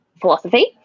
philosophy